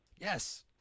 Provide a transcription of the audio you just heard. Yes